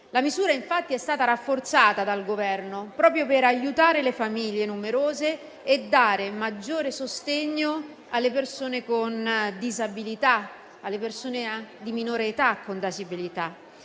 La misura, infatti, è stata rafforzata dal Governo proprio per aiutare le famiglie numerose e dare maggiore sostegno alle persone con disabilità, alle persone di minore età con disabilità.